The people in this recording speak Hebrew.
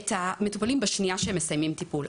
אנחנו רואים את המטופלים בשנייה שהם מסיימים טיפול.